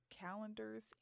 calendars